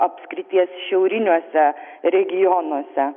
apskrities šiauriniuose regionuose